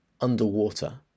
underwater